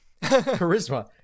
Charisma